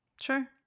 Sure